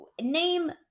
name